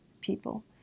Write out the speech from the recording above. people